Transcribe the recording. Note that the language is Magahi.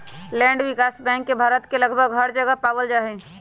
लैंड विकास बैंक के भारत के लगभग हर जगह पावल जा हई